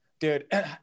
dude